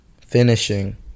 finishing